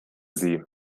sie